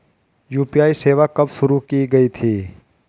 UPI सेवा कब शुरू की गई थी?